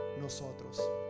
nosotros